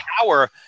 power